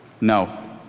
No